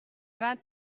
vingt